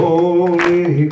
Holy